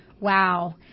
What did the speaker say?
Wow